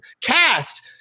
cast